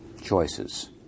choices